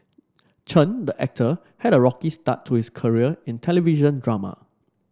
Chen the actor had a rocky start to his career in television drama